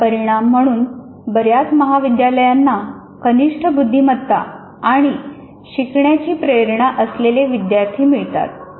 याचा परिणाम म्हणून बऱ्याच महाविद्यालयांना कनिष्ठ बुद्धिमत्ता आणि शिकण्याची प्रेरणा असलेले विद्यार्थी मिळतात